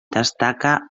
destaca